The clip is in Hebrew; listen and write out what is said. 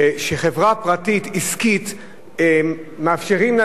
שחברה פרטית עסקית מאפשרים לה